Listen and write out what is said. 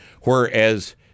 whereas